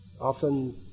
Often